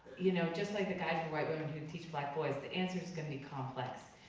you know just like the guide for white women who and teach black boys, the answer's gonna be complex.